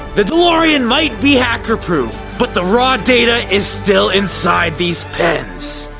the delorean might be hacker proof, but the raw data is still inside these pens.